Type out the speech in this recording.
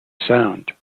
sound